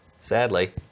Sadly